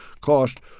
cost